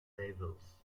levels